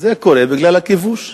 זה קורה בגלל הכיבוש.